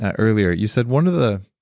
ah earlier, you said one of the